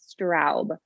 Straub